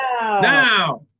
Now